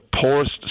poorest